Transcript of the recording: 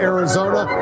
Arizona